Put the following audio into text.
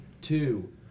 two